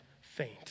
faint